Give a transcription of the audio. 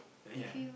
ya